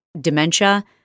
dementia